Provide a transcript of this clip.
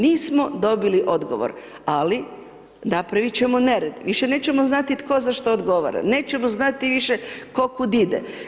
Nismo dobili odgovor ali napraviti ćemo nered, više nećemo znati tko za što odgovara, nećemo znati više tko kuda ide.